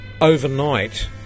overnight